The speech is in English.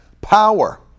power